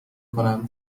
کنم